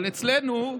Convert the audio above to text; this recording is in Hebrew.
אותנו.